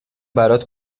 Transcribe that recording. برات